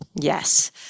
Yes